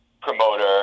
promoter